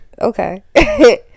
Okay